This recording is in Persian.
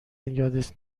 یادت